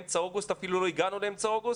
ואפילו לא הגענו לאמצע אוגוסט,